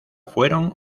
fueron